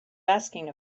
asking